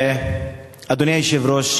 אדוני היושב-ראש,